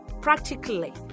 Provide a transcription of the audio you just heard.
practically